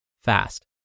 fast